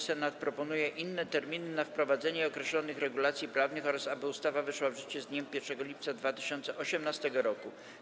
Senat proponuje inne terminy na wprowadzenie określonych regulacji prawnych oraz aby ustawa weszła w życie z dniem 1 lipca 2018 r.